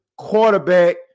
Quarterback